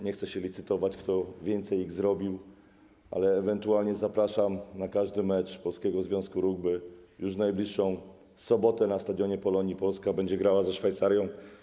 Nie chcę się licytować, kto zrobił ich więcej, ale zapraszam na każdy mecz Polskiego Związku Rugby, już w najbliższą sobotę na stadionie Polonii Polska będzie grała ze Szwajcarią.